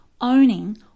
owning